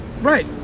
Right